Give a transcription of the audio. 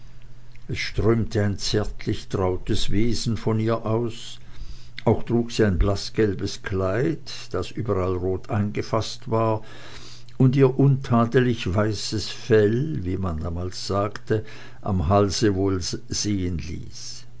es strömte ein zärtlich trautes wesen von ihr aus auch trug sie ein blaßgelbes kleid das überall rot eingefaßt war und ihr untadelig weißes fell wie man damals sagte am halse wohl sehen ließ